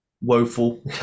woeful